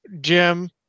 Jim